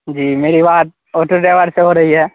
جی میری بات auto driver سے ہو رہی ہے